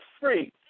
free